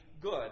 good